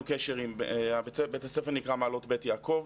בית הספר נקרא "מעלות בית יעקב",